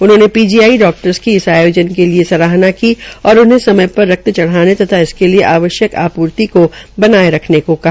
उ ह ने पीजीआई डा टस क इस आयोजन के लये सराहना क और उ ह समय पर र त चढ़ाने तथा इसके लये आव यक आपू त को बनाये रखने को कहा